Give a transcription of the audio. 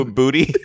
booty